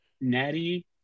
Natty